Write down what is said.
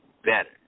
better